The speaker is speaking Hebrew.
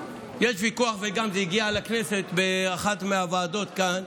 וזה גם הגיע לכנסת, לאחת מהוועדות כאן.